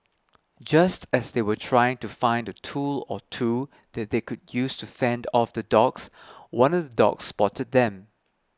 just as they were trying to find a tool or two that they could use to fend off the dogs one of the dogs spot them